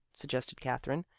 suggested katherine.